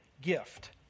gift